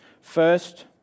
First